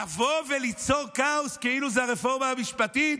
לבוא וליצור כאוס כאילו זו הרפורמה המשפטית?